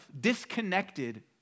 disconnected